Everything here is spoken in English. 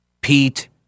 Pete